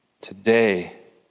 Today